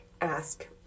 ask